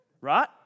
Right